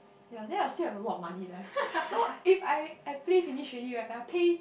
ya then I'll still have a lot of money left so if I I play finish already right and I pay